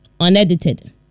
Unedited